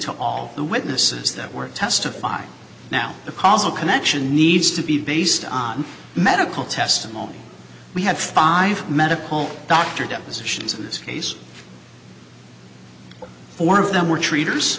to all the witnesses that were testified now the causal connection needs to be based on medical testimony we have five medical doctor depositions in this case four of them were treaters